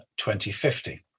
2050